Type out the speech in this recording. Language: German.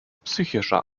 psychischer